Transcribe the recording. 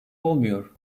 olmuyor